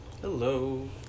Hello